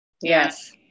Yes